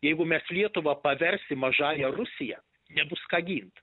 jeigu mes lietuvą paversim mažąja rusija nebus ką gint